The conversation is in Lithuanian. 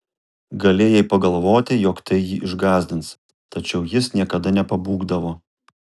galėjai pagalvoti jog tai jį išgąsdins tačiau jis niekada nepabūgdavo